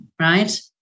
right